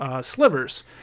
slivers